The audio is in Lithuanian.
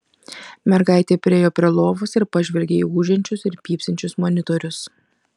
mergaitė priėjo prie lovos ir pažvelgė į ūžiančius ir pypsinčius monitorius